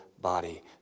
body